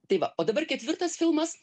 tai va o dabar ketvirtas filmas